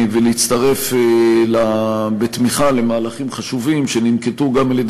ולהצטרף בתמיכה למהלכים חשובים שננקטו גם על-ידי